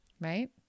Right